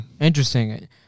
Interesting